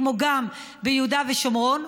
כמו גם ביהודה ושומרון.